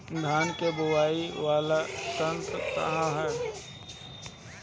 धान के बुवाई करे वाला यत्र का ह?